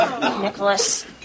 Nicholas